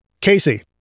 Casey